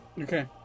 Okay